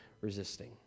resisting